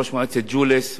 ראש מועצת ג'וליס,